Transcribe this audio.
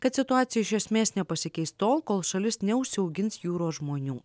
kad situacija iš esmės nepasikeis tol kol šalis neužsiaugins jūros žmonių